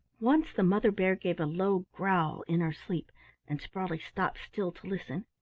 once the mother bear gave a low growl in her sleep and sprawley stopped still to listen,